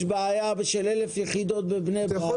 יש בעיה של 1,000 יחידות בבני ברק,